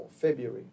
February